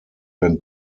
den